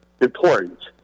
important